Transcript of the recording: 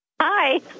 Hi